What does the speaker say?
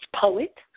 Poet